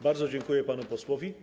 Bardzo dziękuję panu posłowi.